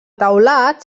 teulat